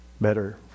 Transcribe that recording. better